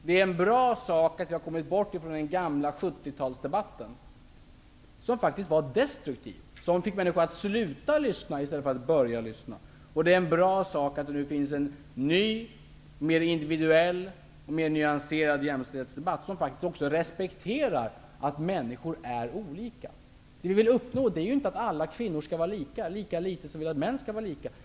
Det är en bra sak att vi har kommit bort från den gamla 70-talsdebatten, som var destruktiv, som fick människor att sluta lyssna i stället för att börja lyssna. Det är en bra sak att det nu förs en ny, mer individuell och mer nyanserad jämställdhetsdebatt, som också respekterar att människor är olika. Det vi vill uppnå är inte att alla kvinnor skall vara lika, lika litet som vi vill att män skall vara lika.